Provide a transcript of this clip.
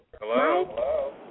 Hello